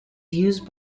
used